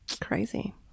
Crazy